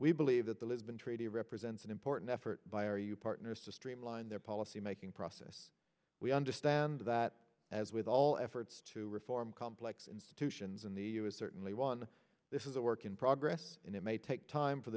we believe that the lisbon treaty represents an important effort by our you partners to streamline their policy making process we understand that as with all efforts to reform complex institutions in the u s certainly one this is a work in progress and it may take time for